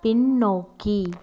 பின்னோக்கி